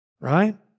right